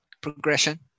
progression